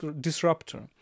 disruptor